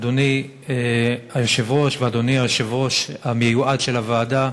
אדוני היושב-ראש ואדוני היושב-ראש המיועד של הוועדה,